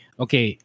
okay